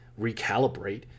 recalibrate